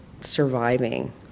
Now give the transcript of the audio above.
surviving